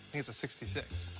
it's a sixty six.